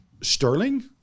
Sterling